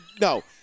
no